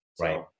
right